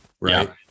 right